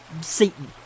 Satan